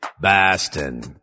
Bastin